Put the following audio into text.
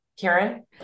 Karen